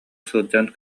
сылдьан